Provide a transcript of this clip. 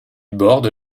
borde